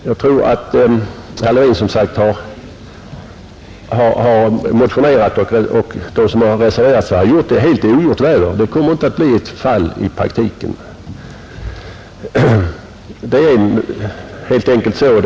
Jag tror som sagt att herr Levin som motionär och reservanterna är ute i ogjort väder — det kommer inte att i praktiken bli ett sådant fall som åsyftas i reservationen.